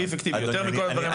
יותר מכל הדברים האחרים.